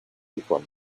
before